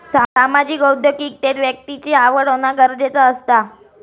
सामाजिक उद्योगिकतेत व्यक्तिची आवड होना गरजेचा असता